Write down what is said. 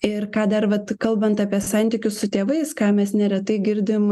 ir ką dar vat kalbant apie santykius su tėvais ką mes neretai girdim